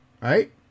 right